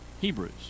Hebrews